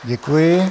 Děkuji.